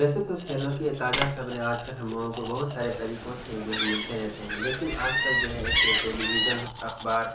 ویسے تو کھیلوں کی تازہ خبریں آجکل ہم لوگوں کو بہت سارے طریقوں سے جو ہے ملتے رہتے ہیں لیکن آجکل جو ہے ایک ٹیلی ویژن اخبار